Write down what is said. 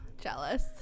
jealous